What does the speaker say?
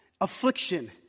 affliction